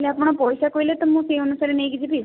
ହେଲେ ଆପଣ ପଇସା କହିଲେ ତ ମୁଁ ସେଇ ଅନୁସାରେ ନେଇକି ଯିବି